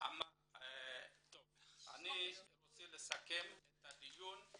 אני רוצה לסכם את הדיון: